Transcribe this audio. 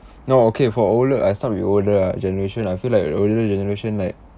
no okay for older I'll start with older ah generation I feel like the older generation like